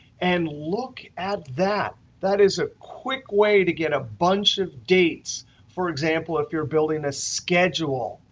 and look at that. that is a quick way to get a bunch of dates for example, if you're building a schedule.